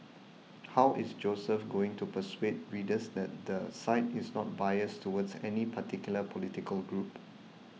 how is Joseph going to persuade readers that the site is not biased towards any particular political group